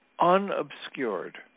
unobscured